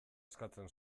eskatzen